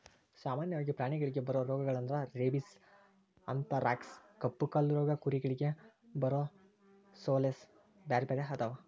ಸಾಮನ್ಯವಾಗಿ ಪ್ರಾಣಿಗಳಿಗೆ ಬರೋ ರೋಗಗಳಂದ್ರ ರೇಬಿಸ್, ಅಂಥರಾಕ್ಸ್ ಕಪ್ಪುಕಾಲು ರೋಗ ಕುರಿಗಳಿಗೆ ಬರೊಸೋಲೇಸ್ ಬ್ಯಾರ್ಬ್ಯಾರೇ ಅದಾವ